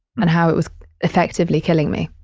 and how it was effectively killing me.